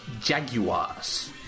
Jaguars